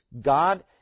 God